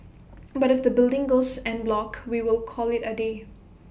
but if the building goes en bloc we will call IT A day